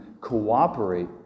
cooperate